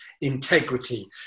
integrity